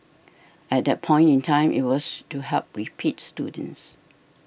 at that point in time it was to help repeat students